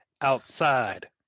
outside